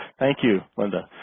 thank you linda.